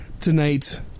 tonight